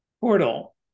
portal